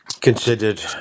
considered